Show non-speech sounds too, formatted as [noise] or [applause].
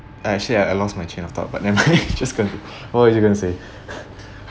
uh actually I I lost my chain of thought but never mind [laughs] just going what are you going to say [laughs]